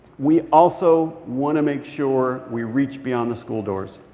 we also want to make sure we reach beyond the school doors.